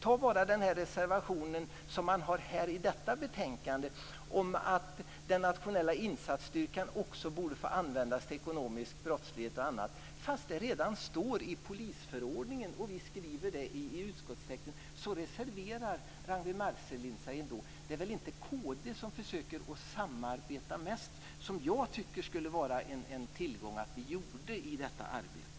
Ta bara som exempel den reservation man har till detta betänkande, att den nationella insatsstyrkan också borde få användas mot ekonomisk brottslighet och annat. Fast det redan står i polisförordningen och vi skriver det i utskottstexten reserverar Ragnwi Marcelind sig. Det är inte kd som försöker samarbeta mest, vilket jag tycker skulle vara en tillgång om vi gjorde i detta arbete.